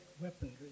weaponry